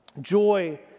joy